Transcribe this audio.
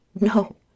No